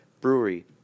Brewery